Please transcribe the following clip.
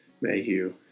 Mayhew